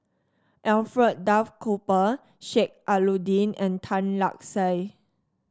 Alfred Duff Cooper Sheik Alau'ddin and Tan Lark Sye